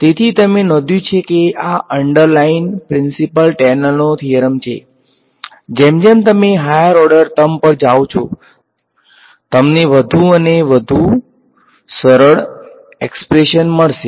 તેથી તમે નોંધ્યું છે કે આ અંડર લાઈન પ્રીંસીપલ ટેલરનો થીયરમ છે જેમ જેમ તમે હાયર ઓર્ડર ટર્મ પર જાવ છો તમને વધુ અને વધુ સચોટ એક્સપ્રેશન મળશે